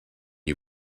you